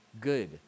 good